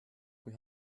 kui